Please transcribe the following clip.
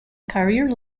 career